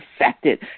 affected